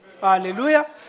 Hallelujah